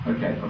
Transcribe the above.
Okay